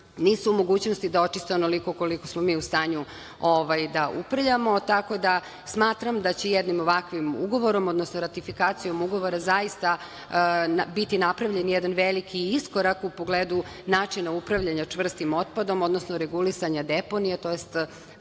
nisu u mogućnosti da očiste onoliko koliko smo mi u stanju da uprljamo, tako da smatram da ćemo jednim ovakvim ugovorom, odnosno ratifikacijom ugovora zaista biti napravljen jedan veliki iskorak u pogledu načina upravljanja čvrstim otpadom, odnosno regulisanja deponija